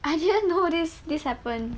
I didn't know this this happen